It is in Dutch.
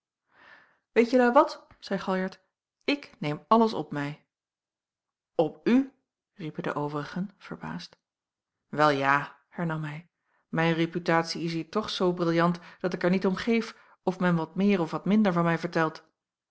weet jelui wat zeî galjart ik neem alles op mij op u riepen de overigen verbaasd wel ja hernam hij mijn reputatie is hier toch zoo briljant dat ik er niet om geef of men wat meer of wat minder van mij vertelt